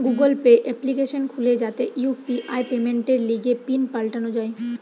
Google Pay application খুলে যাতে U P I পেমেন্টের লিগে পিন পাল্টানো যায়